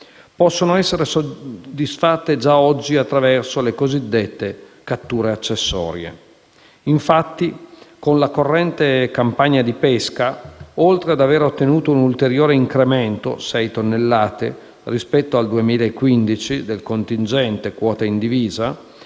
possono essere soddisfatte già oggi attraverso le cosiddette catture accessorie. Infatti, con la corrente campagna di pesca, oltre ad avere ottenuto un ulteriore incremento (sei tonnellate) rispetto al 2015, del contingente (quota indivisa)